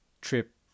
trip